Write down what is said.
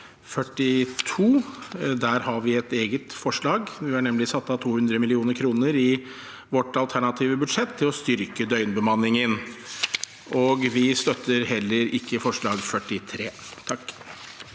Der har vi et eget forslag. Vi har nemlig satt av 200 mill. kr i vårt alternative budsjett til å styrke døgnbemanningen. Vi støtter heller ikke forslag nr. 43.